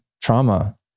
trauma